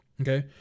Okay